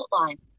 outline